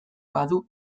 badu